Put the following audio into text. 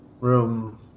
room